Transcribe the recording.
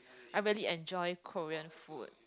I really enjoy Korean food